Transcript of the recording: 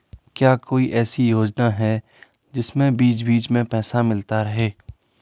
क्या कोई ऐसी योजना है जिसमें बीच बीच में पैसा मिलता रहे?